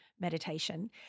meditation